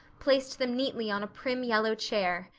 placed them neatly on a prim yellow chair,